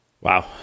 Wow